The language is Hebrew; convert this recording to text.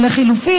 או לחלופין,